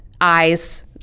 eyes